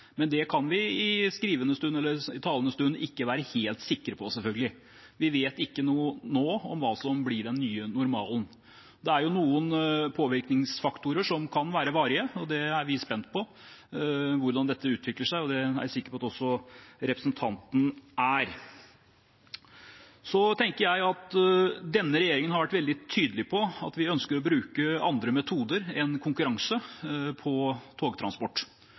men det kan vi selvfølgelig i talende stund ikke være helt sikre på. Vi vet ikke noe nå om hva som blir den nye normalen. Det er noen påvirkningsfaktorer som kan være varige. Vi er spent på hvordan dette utvikler seg, og det er jeg sikker på at også representanten er. Så tenker jeg at denne regjeringen har vært veldig tydelig på at vi ønsker å bruke andre metoder enn konkurranse på togtransport,